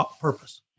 purpose